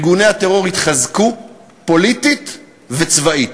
ארגוני הטרור התחזקו פוליטית וצבאית.